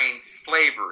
slavery